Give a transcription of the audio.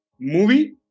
Movie